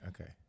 Okay